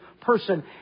person